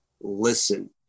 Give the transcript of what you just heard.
listen